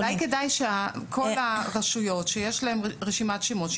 אולי כדאי שכל הרשויות שיש להם רשימת שמות,